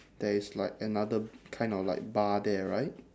there is like another kind of like bar there right